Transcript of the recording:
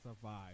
survive